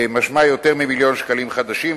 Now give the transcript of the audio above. משמע יותר ממיליון שקלים חדשים,